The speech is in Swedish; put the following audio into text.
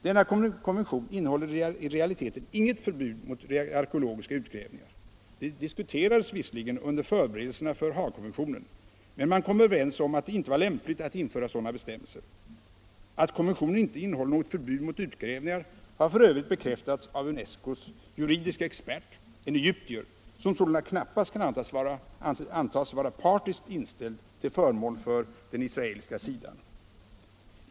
Denna konvention innehåller i realiteten inget förbud mot arkeologiska utgrävningar. Det diskuterades visserligen under förberedelserna för Haagkonventionen, men man kom överens om att det inte var lämpligt att införa sådana bestämmelser. Att konventionen inte innehåller något förbud mot utgrävningar har f. ö. bekräftats av UNESCO:s juridiske expert, en egyptier, som sålunda knappast kan antas vara partiskt inställd till förmån för den israeliska sidan.